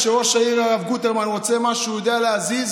כשראש העיר הרב גוטרמן רוצה משהו הוא יודע להזיז